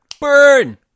Burn